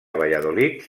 valladolid